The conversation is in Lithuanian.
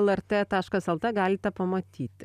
lrt taškas lt galite pamatyti